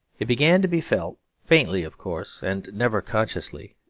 it began to be felt, faintly of course and never consciously,